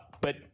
But-